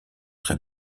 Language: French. très